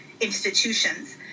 institutions